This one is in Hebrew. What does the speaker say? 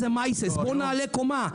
ו-"עוד ועדה"; בואו נעלה קומה.